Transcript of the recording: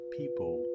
people